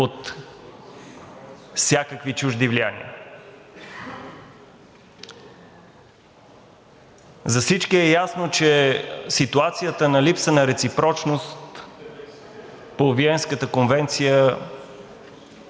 от всякакви чужди влияния? За всички е ясно, че ситуацията на липса на реципрочност по Виенската конвенция